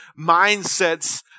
mindsets